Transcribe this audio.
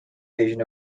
vision